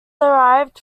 derived